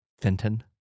Fenton